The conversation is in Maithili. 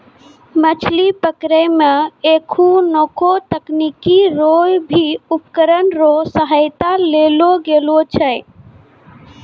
मछली पकड़ै मे एखुनको तकनीकी रो भी उपकरण रो सहायता लेलो गेलो छै